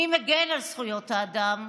ומי מגן על זכויות האדם?